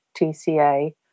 TCA